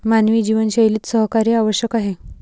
मानवी जीवनशैलीत सहकार्य आवश्यक आहे